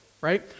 right